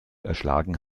erschlagen